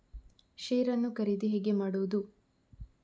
Share ನ್ನು ಖರೀದಿ ಹೇಗೆ ಮಾಡುವುದು?